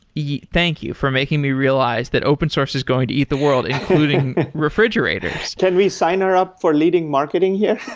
thank you for making me realize that open source is going to eat the world, including refrigerators. can we sign her up for leading marketing here?